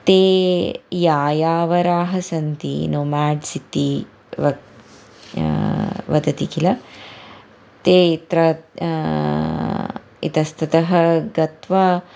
ते यायावराः सन्ति नो माड्स् इति वक वदति किल ते अत्र इतस्ततः गत्वा